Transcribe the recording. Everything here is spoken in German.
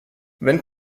wenn